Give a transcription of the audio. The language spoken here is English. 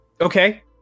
Okay